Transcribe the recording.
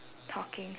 talking